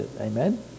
amen